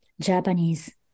Japanese